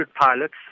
pilots